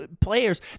players